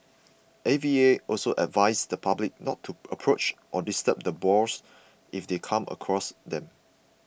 A V A also advised the public not to approach or disturb the boars if they come across them